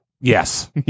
yes